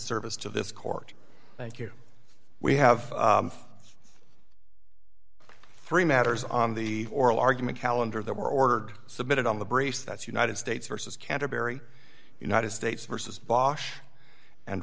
service to this court thank you we have three matters on the oral argument calendar that were ordered submitted on the brace that's united states versus canterbury united states versus bosh and